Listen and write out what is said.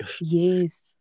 Yes